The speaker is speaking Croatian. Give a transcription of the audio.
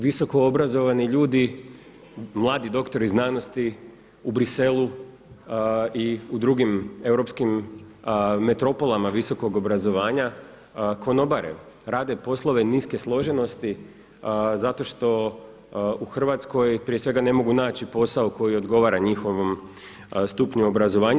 Visoko obrazovani ljudi, mladi doktori znanosti u Bruxellesu i u drugim europskim metropolama visokog obrazovanja konobare, rade poslove niske složenosti zato što u Hrvatskoj prije svega ne mogu naći posao koji odgovara njihovom stupnju obrazovanja.